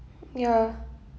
ya